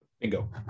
Bingo